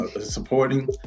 supporting